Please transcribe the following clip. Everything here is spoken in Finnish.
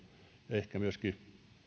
ehkä myöskin